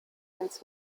ins